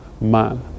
man